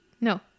no